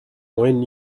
when